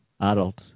adults